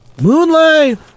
Moonlight